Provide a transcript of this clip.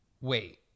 wait